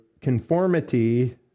conformity